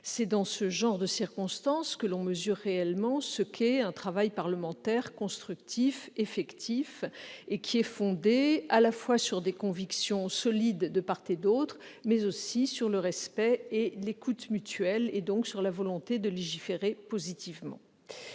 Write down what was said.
C'est dans ce genre de circonstance que l'on mesure réellement ce qu'est un travail parlementaire constructif, effectif, fondé sur des convictions solides de part et d'autre, mais aussi sur le respect et l'écoute mutuels, donc sur la volonté de légiférer positivement.